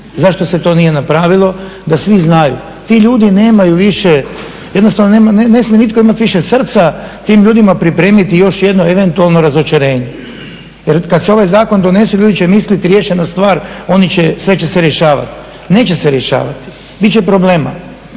zašto se to nije napravilo da svi znaju. Ti ljudi nemaju više, jednostavno ne smije nitko imati više srca tim ljudima pripremiti još jedno eventualno razočarenje. Jer kad se ovaj zakon donese ljudi će misliti riješena stvar, oni će, sve će se rješavati. Neće se rješavati, bit će problema.